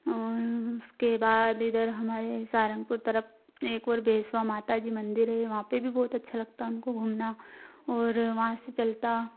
और उसके बाद इधर हमारे सारंगपुर तरफ एक और बेस्वा माता जी मंदिर है वहाँ पर भी बहुत अच्छा लगता है उनको घूमना और वहाँ से चलता